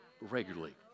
regularly